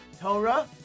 Torah